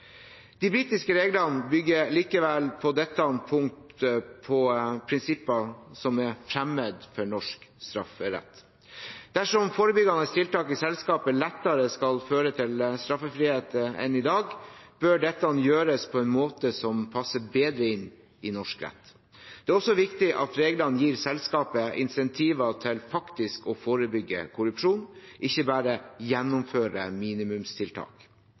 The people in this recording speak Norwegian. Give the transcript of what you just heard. De britiske reglene bygger likevel på dette punktet på prinsipper som er fremmed for norsk strafferett. Dersom forebyggende tiltak i selskapet lettere skal føre til straffrihet enn i dag, bør dette gjøres på en måte som passer bedre inn i norsk rett. Det er også viktig at reglene gir selskapet incentiver til faktisk å forebygge korrupsjon, ikke bare gjennomføre minimumstiltak.